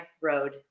road